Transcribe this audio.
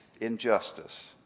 injustice